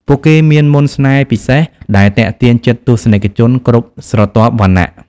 ពួកគេមានមន្តស្នេហ៍ពិសេសដែលទាក់ទាញចិត្តទស្សនិកជនគ្រប់ស្រទាប់វណ្ណៈ។